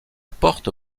porte